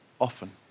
often